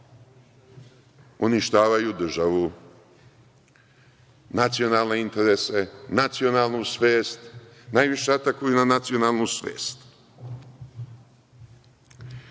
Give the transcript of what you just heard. Uništavaju državu, nacionalne interese, nacionalnu svest, najviše atakuju na nacionalnu